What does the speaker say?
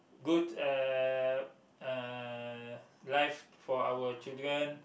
good uh uh life for our children